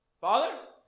Father